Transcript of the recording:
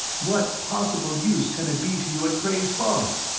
what possible use can it be to you at cray's folly?